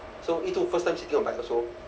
so yitun first time sitting on bike also